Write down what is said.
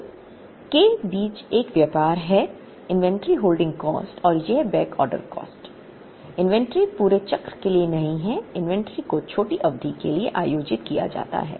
तो के बीच एक व्यापार है इन्वेंट्री होल्डिंग कॉस्ट और यह बैकऑर्डर कॉस्ट इन्वेंट्री पूरे चक्र के लिए नहीं है इन्वेंट्री को छोटी अवधि के लिए आयोजित किया जाता है